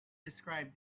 described